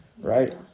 right